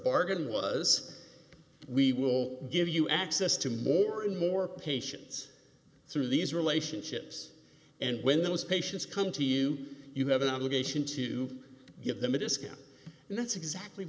bargain was we will give you access to more and more patients through these relationships and when those patients come to you you have an obligation to give them a discount and that's exactly